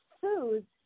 foods